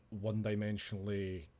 one-dimensionally